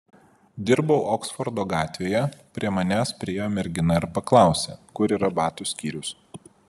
dirbau oksfordo gatvėje prie manęs priėjo mergina ir paklausė kur yra batų skyrius